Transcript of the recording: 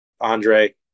Andre